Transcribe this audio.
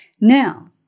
Now